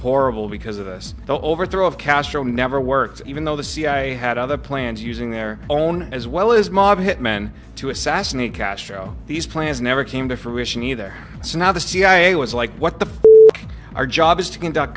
horrible because of us the overthrow of castro never worked even though the cia had other plans using their own as well as mob hit men to assassinate castro these plans never came to fruition either so now the cia was like what the our job is to conduct